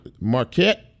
Marquette